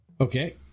Okay